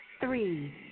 three